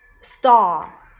star